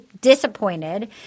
disappointed